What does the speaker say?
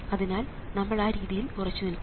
അതിനാൽ നമ്മൾ ആ രീതിയിൽ ഉറച്ചുനിൽക്കും